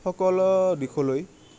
সকলো দিশলৈ